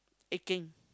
act gang